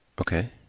Okay